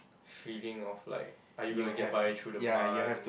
feeling of like are you gonna get by through the month